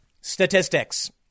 statistics